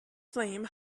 flame